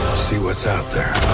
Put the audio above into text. see what's out there.